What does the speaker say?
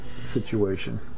situation